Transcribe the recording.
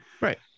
Right